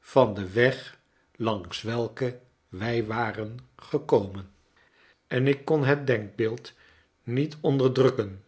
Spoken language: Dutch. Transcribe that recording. van den weg langs welken wij waren gekomen en ik kon het denkbeeld niet onderdrukken